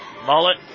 Mullet